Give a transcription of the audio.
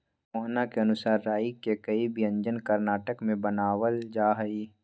मोहना के अनुसार राई के कई व्यंजन कर्नाटक में बनावल जाहई